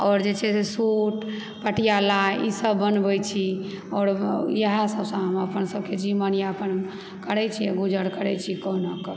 आओर जे छै से सूट पटियाला ईसभ बनबैत छी आओर इएहसभसँ हम अपन सभकेँ जीवनयापन करैत छी आ गुजर करैत छी कहुनाके